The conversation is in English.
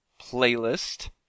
playlist